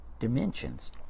Dimensions